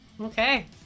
Okay